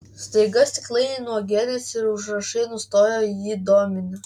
staiga stiklainiai nuo uogienės ir užrašai nustojo jį dominę